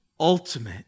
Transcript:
ultimate